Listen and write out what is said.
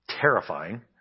terrifying